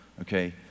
okay